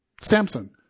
Samson